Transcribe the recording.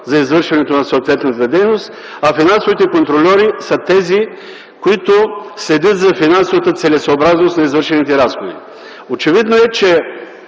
за извършването на съответната дейност, а финансовите контрольори са тези, които следят за финансовата целесъобразност на извършените разходи. Очевидно е, че